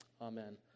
Amen